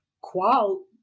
qual